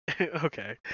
okay